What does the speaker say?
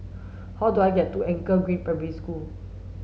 how do I get to Anchor Green Primary School